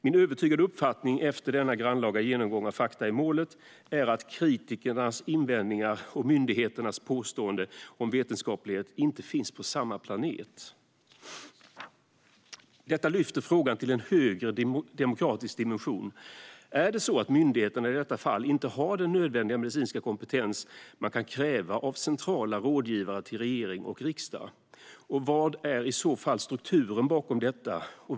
Min övertygade uppfattning efter den grannlaga genomgången av fakta i målet är att kritikernas invändningar och myndigheternas påstående om vetenskaplighet inte befinner sig på samma planet. Detta lyfter frågan till en högre demokratisk dimension. Är det så att myndigheterna i detta fall inte har den nödvändiga medicinska kompetens man kan kräva av centrala rådgivare till regering och riksdag? Vad är i så fall strukturen bakom detta?